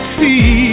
see